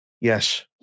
Yes